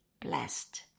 blessed